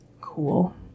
Cool